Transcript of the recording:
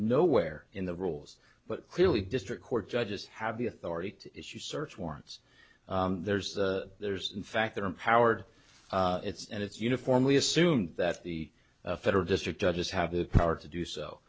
nowhere in the rules but clearly district court judges have the authority to issue search warrants there's the there's in fact they're empowered it's and it's uniformly assumed that the federal district judges have the power to do